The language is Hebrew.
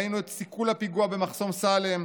ראינו את סיכול הפיגוע במחסום סאלם,